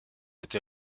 été